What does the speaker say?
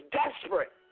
desperate